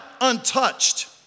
untouched